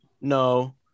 No